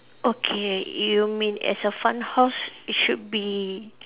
okay you may as a fun house it should be